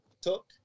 took